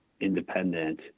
independent